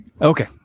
okay